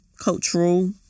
cultural